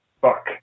fuck